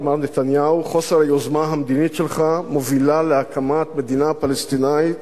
למר נתניהו: חוסר היוזמה המדינית שלך מוביל להקמת מדינה פלסטינית